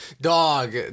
dog